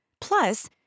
Plus